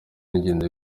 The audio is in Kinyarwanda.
ingenzi